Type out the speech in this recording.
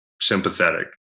sympathetic